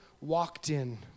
walked-in